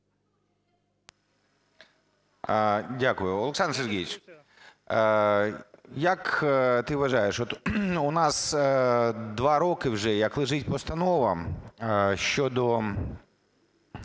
Дякую. Олександр Сергійович, як ти вважаєш, у нас два роки вже як лежить постанова щодо